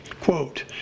quote